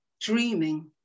Dreaming